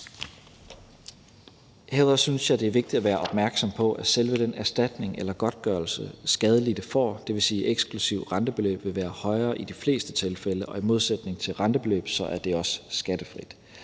Herudover synes jeg, det er vigtigt at være opmærksom på, at selve den erstatning eller godtgørelse, skadelidte får, dvs. eksklusivt rentebeløbet, vil være højere i de fleste tilfælde, og i modsætning til rentebeløbet er det også skattefrit.